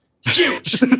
huge